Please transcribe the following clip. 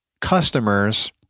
customers